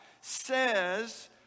says